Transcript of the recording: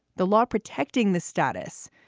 the law protecting the status,